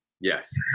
Yes